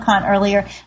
earlier